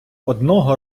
одного